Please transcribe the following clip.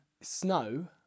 Snow